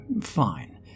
fine